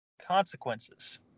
consequences